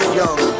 young